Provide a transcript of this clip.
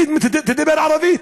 היא תדבר ערבית.